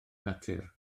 natur